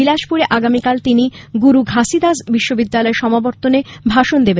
বিলাসপুরে আগামীকাল তিনি গুরু ঘাসিদাস বিশ্ববিদ্যালয়ের সমাবর্তনে ভাষণ দেবেন